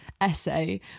essay